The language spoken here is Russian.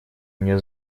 мне